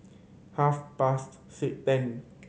half past ten